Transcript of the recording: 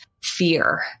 fear